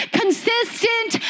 consistent